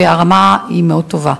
והרמה מאוד טובה.